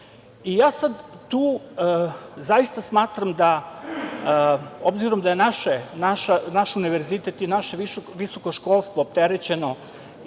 sad tu zaista smatram, obzirom da je naš univerzitet i naše visoko školstvo opterećeno